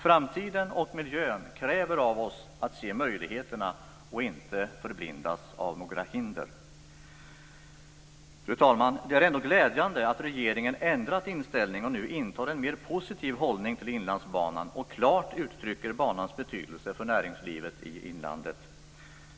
Framtiden och miljön kräver av oss att se möjligheterna och inte förblindas av några hinder. Fru talman! Det är ändå glädjande att regeringen ändrat inställning och nu intar en mer positiv hållning till Inlandsbanan och klart uttrycker banans betydelse för näringslivet i inlandet.